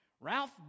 Ralph